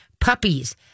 Puppies